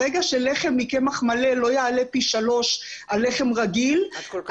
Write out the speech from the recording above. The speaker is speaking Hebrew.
ברגע שלחם מקמח מלא לא יעלה פי שלוש על לחם רגיל את כל כך צודקת.